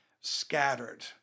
scattered